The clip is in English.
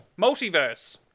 Multiverse